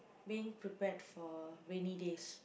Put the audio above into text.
being prepared for rainy days